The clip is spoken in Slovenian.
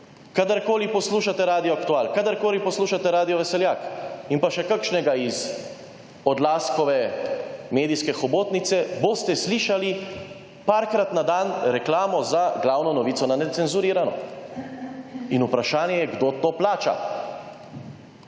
Kadarkoli poslušate Radio Aktual, kadarkoli poslušate Radio Veseljak in pa še kakšnega iz Odlazkove medijske hobotnice, boste slišali, parkrat na dan, reklamo za glavno novico na Necenzurirano in vprašanje je, kdo to plača.